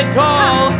tall